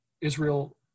Israel